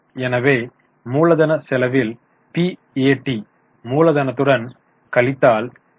எனவே மூலதனச் செலவில் பிஏடி ஐ மூலதனத்துடன் கழித்தால் ஈ